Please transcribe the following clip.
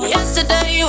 Yesterday